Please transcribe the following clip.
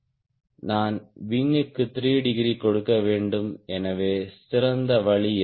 நான் விங் க்கு 3 டிகிரி கொடுக்க வேண்டும் எனவே சிறந்த வழி எது